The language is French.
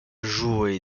joué